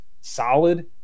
solid